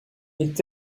est